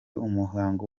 umuhango